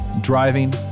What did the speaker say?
driving